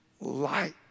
light